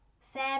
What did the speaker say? Sam